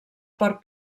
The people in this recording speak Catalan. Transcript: porc